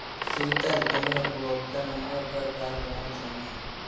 शीतल, तुम्हे उपभोक्ता नंबर पर कॉल करना चाहिए